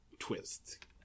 twist